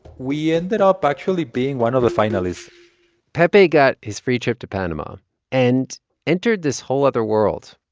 we ended up actually being one of the finalists pepe got his free trip to panama and entered this whole other world,